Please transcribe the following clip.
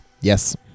yes